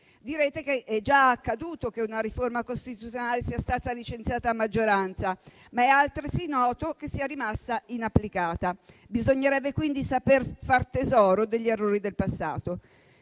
Direte che è già accaduto che una riforma costituzionale sia stata licenziata a maggioranza, ma è altresì noto che sia rimasta inapplicata. Bisognerebbe quindi saper fare tesoro degli errori del passato.